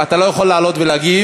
אתה לא יכול לעלות ולהגיב,